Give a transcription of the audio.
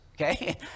okay